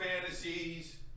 fantasies